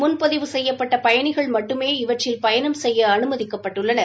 முன்பதிவு செய்யப்பட்ட பயணிகள் மட்டுமே இவற்றில் பயணம் செய்ய அனுமதிக்கப்பட்டுள்ளனர்